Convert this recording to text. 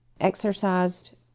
exercised